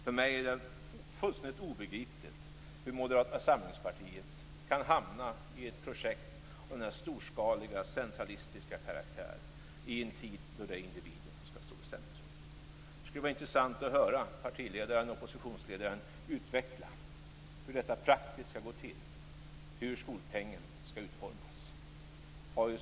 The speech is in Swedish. För mig är det fullständigt obegripligt hur Moderata samlingspartiet kan hamna i ett projekt av denna storskaliga, centralistiska karaktär i en tid då det är individen som skall stå i centrum. Det skulle vara intressant att höra partiledaren, oppositionsledaren, utveckla hur detta praktiskt skall gå till, dvs. hur skolpengen skall utformas.